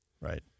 Right